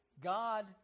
God